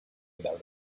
without